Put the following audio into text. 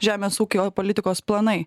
žemės ūkio politikos planai